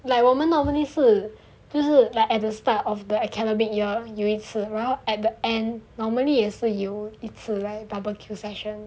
like 我们 normally 是就是 like at the start of the academic year 有一次然后 normally at the end 有一次 barbecue session